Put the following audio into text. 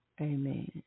Amen